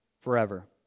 forever